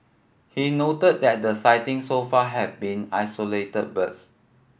he noted that the sightings so far have been isolated birds